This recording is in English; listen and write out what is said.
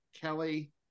Kelly